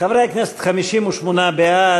חברי הכנסת 58 בעד,